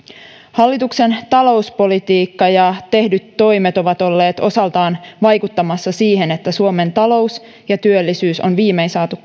hallituksen talouspolitiikka ja tehdyt toimet ovat olleet osaltaan vaikuttamassa siihen että suomen talous ja työllisyys on viimein saatu